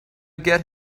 get